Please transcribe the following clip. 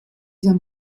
diese